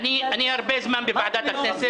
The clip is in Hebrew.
הנקודה השנייה, אני הרבה בוועדת הכנסת.